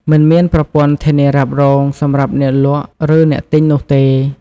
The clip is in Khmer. មិនមានប្រព័ន្ធធានារ៉ាប់រងសម្រាប់អ្នកលក់ឬអ្នកទិញនោះទេ។